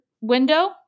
window